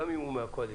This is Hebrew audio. גם אם הוא מהקואליציה,